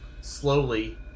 slowly